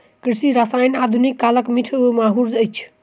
कृषि रसायन आधुनिक कालक मीठ माहुर अछि